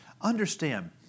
Understand